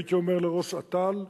הייתי אומר לראש אט"ל,